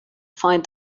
find